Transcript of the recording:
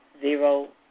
zero